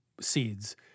seeds